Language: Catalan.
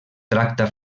tracta